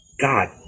God